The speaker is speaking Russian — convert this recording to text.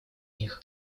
них